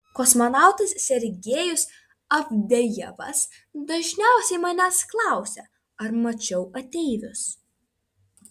kosmonautas sergejus avdejevas dažniausiai manęs klausia ar mačiau ateivius